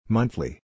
Monthly